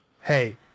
Hey